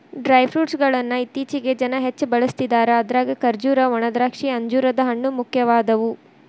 dry fruit ಗಳ್ಳನ್ನ ಇತ್ತೇಚಿಗೆ ಜನ ಹೆಚ್ಚ ಬಳಸ್ತಿದಾರ ಅದ್ರಾಗ ಖರ್ಜೂರ, ಒಣದ್ರಾಕ್ಷಿ, ಅಂಜೂರದ ಹಣ್ಣು, ಮುಖ್ಯವಾದವು